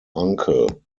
uncle